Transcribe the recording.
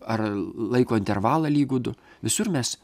ar laiko intervalą lygų du visur mes